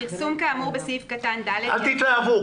אל תתלהבו.